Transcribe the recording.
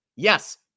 Yes